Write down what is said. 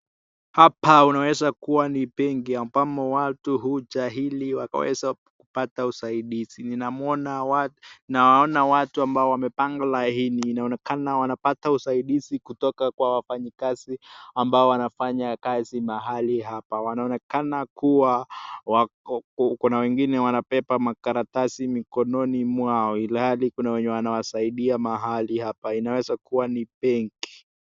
Hapa unaweza kuwa ni benki abamo watu huja ili waweze kupata usaidizi ,nawaona watu ambao wamepanga laini , inaonekana wanapata usaidizi kutoka kwa wafanyikazi ambao wanafanya kazi mahali hapa wanaonekana kuwa kuna wengine wanabeba makaratasi mikononi mwao ilhali kuna wenye wanawasaidia mahali hapa, inaweza kuwa ni benki.